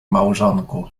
małżonku